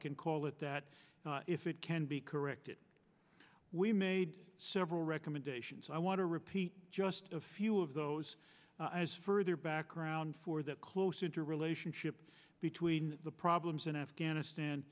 can call it that if it can be corrected we made several recommendations i want to repeat just a few of those as further background for that closer to relationship between the problems in afghanistan